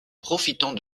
profitant